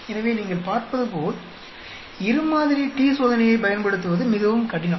எனவே நீங்கள் பார்ப்பதுபோல் இரு மாதிரி T சோதனையைப் பயன்படுத்துவது மிகவும் கடினம்